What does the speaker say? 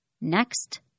Next